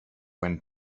when